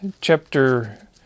chapter